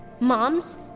Moms